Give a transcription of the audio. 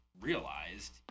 Realized